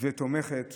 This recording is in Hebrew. ותומכת